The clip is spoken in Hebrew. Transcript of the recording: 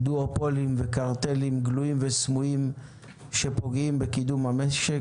דואפולים וקרטלים גלויים וסמויים שפוגעים בקידום המשק,